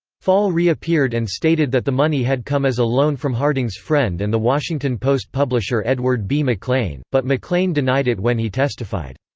fall reappeared and stated that the money had come as a loan from harding's friend and the washington post publisher edward b. mclean, but mclean denied it when he testified.